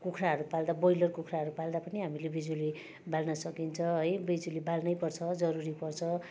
कुखुराहरू पाल्दा ब्रोयलर कुखुराहरू पाल्दा पनि हामीले बिजुली बाल्न सकिन्छ है बिजुली बाल्नैपर्छ जरुरी पर्छ